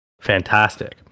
fantastic